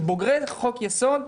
כבוגרי חוק יסוד,